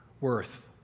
worth